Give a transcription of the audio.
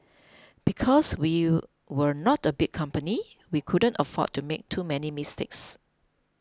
because we were not a big company we couldn't afford to make too many mistakes